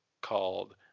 called